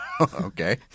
Okay